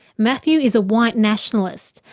matthew is a white nationalist,